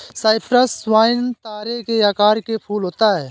Cyprus vine तारे के आकार के फूल होता है